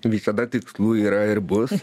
visada tikslų yra ir bus